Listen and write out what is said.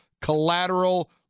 collateral